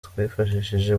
twifashishije